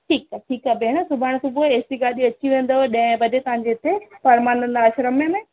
ठीक आहे ठीक आहे भेण सुभाणे सुबुह जो एसी गाॾी अची वेंदव ॾहें बजे तव्हां जे इते परमानंद आश्रम में